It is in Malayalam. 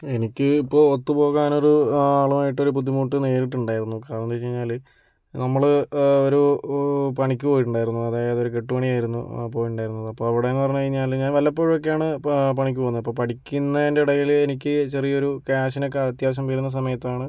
എനിക്ക് ഇപ്പോൾ ഒത്തുപോകാനൊരു ആളുമായിട്ടൊരു ബുദ്ധിമുട്ട് നേരിട്ടുണ്ടായിരുന്നു കാരണം എന്നു വെച്ചു കഴിഞ്ഞാൽ നമ്മൾ ഒരു പണിക്ക് പോയിട്ടുണ്ടായിരുന്നു അതായതൊരു കെട്ടു പണിയായിരുന്നു അപ്പോൾ ഉണ്ടായിരുന്നത് അപ്പോൾ അവിടെയെന്നു പറഞ്ഞു കഴിഞ്ഞാൽ ഞാൻ വല്ലപ്പോഴുമൊക്കെയാണ് പ പണിക്ക് പോകുന്നത് അപ്പം പഠിക്കുന്നതിന്റെ ഇടയിൽ എനിക്ക് ചെറിയൊരു ക്യാഷിനൊക്കെ അത്യാവശ്യം വരുന്ന സമയത്താണ്